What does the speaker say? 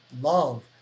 love